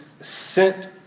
sent